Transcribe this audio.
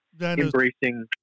embracing